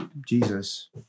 Jesus